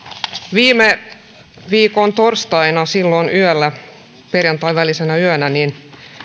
viime viikon torstaina silloin yöllä perjantain välisenä yönä